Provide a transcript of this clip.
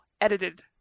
edited